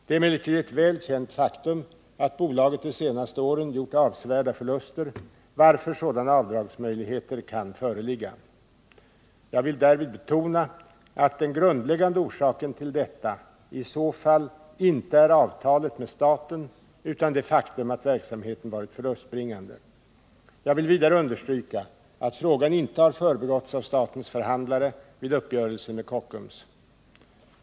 Det är emellertid ett väl känt faktum att bolaget de senaste åren gjort avsevärda förluster, varför sådana avdragsmöjligheter kan föreligga. Jag vill härvid betona att den grundläggande orsaken till detta i så fall inte är avtalet med staten utan det faktum att verksamheten varit förlustbringande. Jag vill vidare understryka att frågan inte har förbigåtts av statens förhandlare vid uppgörelsen med Kockums.